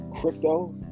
crypto